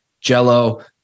jello